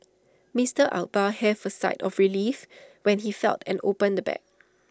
Mister Akbar heaved A sigh of relief when he felt and opened the bag